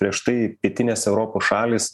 prieš tai pietinės europos šalys